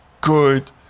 good